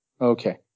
Okay